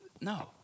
No